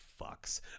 fucks